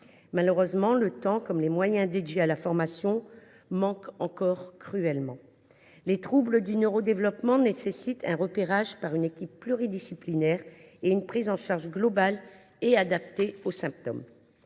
Malheureusement, le temps comme les moyens consacrés à la formation manquent encore cruellement. Les troubles du neurodéveloppement nécessitent un repérage par une équipe pluridisciplinaire et une prise en charge globale et adaptée aux symptômes.